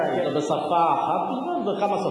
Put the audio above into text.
בשפה אחת בלבד או בכמה שפות?